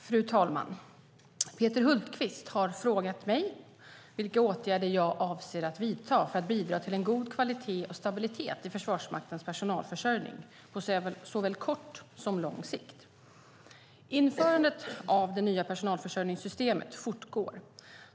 Fru talman! Peter Hultqvist har frågat mig vilka åtgärder jag avser att vidta för att bidra till en god kvalitet och stabilitet i Försvarsmaktens personalförsörjning på såväl kort som lång sikt. Införandet av det nya personalförsörjningssystemet fortgår.